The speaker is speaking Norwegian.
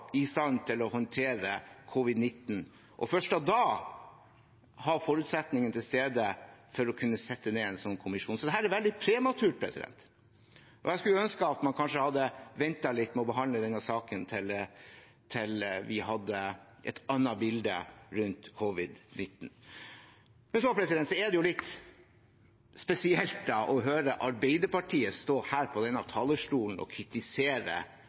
i stand til å håndtere covid-19. Først da er forutsetningene til stede for å kunne sette ned en slik kommisjon. Dette er veldig prematurt, og jeg skulle ønske at man kanskje hadde ventet litt med å behandle denne saken, til vi hadde et annet bilde rundt covid-19. Så er det litt spesielt å høre Arbeiderpartiet stå her på denne talerstolen og